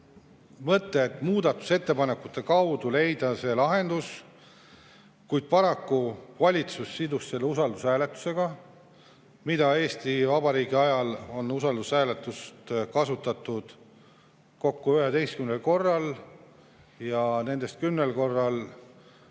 mõte, et muudatusettepanekute kaudu leida lahendus, kuid paraku valitsus sidus selle usaldushääletusega, mida Eesti Vabariigi ajal on kasutatud kokku 11 korral ja nendest 10 korral